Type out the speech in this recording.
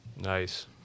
Nice